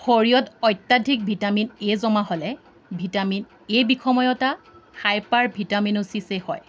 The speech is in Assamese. শৰীৰত অত্যাধিক ভিটামিন এ জমা হ'লে ভিটামিন এ বিষময়তা হাইপাৰভিটামিনোছিছে হয়